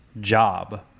job